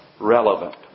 relevant